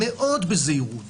על הזהירות